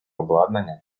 обладнання